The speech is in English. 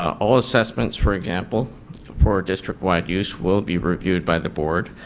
all assessments for example for districtwide use will be reviewed by the board,